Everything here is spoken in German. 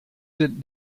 sind